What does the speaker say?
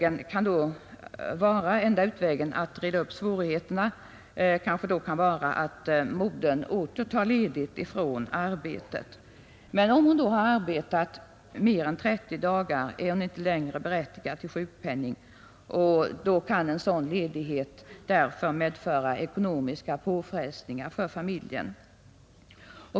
Enda utvägen att reda upp svårigheterna kan då vara att modern åter tar ledigt från arbetet. Om hon då har arbetat mer än 30 dagar är hon inte längre berättigad till sjukpenning, varför denna ledighet kan medföra ekonomiska påfrestningar för familjen.